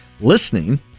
listening